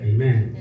Amen